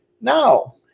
Now